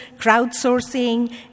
crowdsourcing